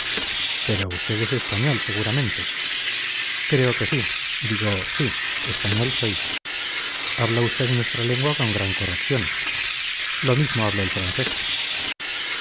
es usted español seguramente creo que sí digo sí español soy habla usted nuestra lengua con gran corrección lo mismo hablo el francés